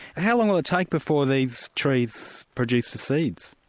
how long will it take before these trees produce the seeds?